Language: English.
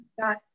got